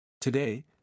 Today